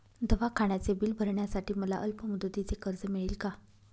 दवाखान्याचे बिल भरण्यासाठी मला अल्पमुदतीचे कर्ज मिळेल का?